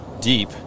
deep